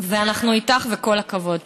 ואנחנו איתך, וכל הכבוד.